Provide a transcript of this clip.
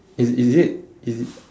is is it is